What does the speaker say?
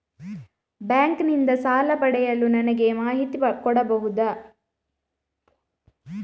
Bank ನಿಂದ ಸಾಲ ಪಡೆಯಲು ನನಗೆ ಮಾಹಿತಿ ಕೊಡಬಹುದ?